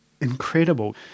incredible